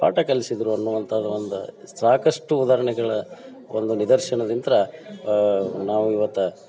ಪಾಠ ಕಲಿಸಿದ್ರು ಅನ್ನುವಂಥದ್ದು ಒಂದು ಸಾಕಷ್ಟು ಉದಾಹರ್ಣೆಗಳ ಒಂದು ನಿದರ್ಶನದಿಂತ ನಾವು ಇವತ್ತು